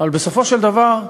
אבל בסופו של דבר,